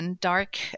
dark